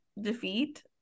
defeat